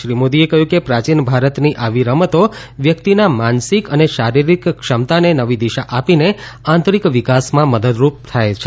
શ્રી મોદીએ કહ્યું કે પ્રાચીન ભારતની આવી રમતો વ્યક્તિના માનસિક અને શારિરીક ક્ષમતાને નવી દિશા આપીને આંતરીક વિકાસમાં મદદરૂપ થાય છે